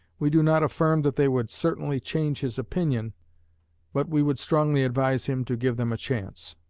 we do not affirm that they would certainly change his opinion but we would strongly advise him to give them a chance.